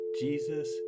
Jesus